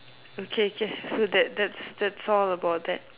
okay k so that that's that's all about that